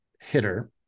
hitter